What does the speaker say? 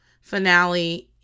finale